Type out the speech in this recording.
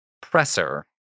Presser